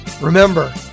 Remember